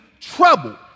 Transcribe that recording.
trouble